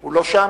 הוא לא שם?